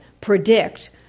predict